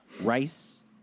Rice